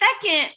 second